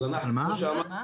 על מה?